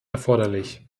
erforderlich